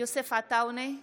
יוסף עטאונה,